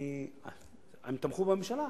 אני, הם תמכו בממשלה.